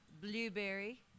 blueberry